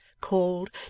called—